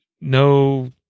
no –